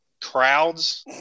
crowds